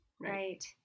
Right